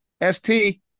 S-T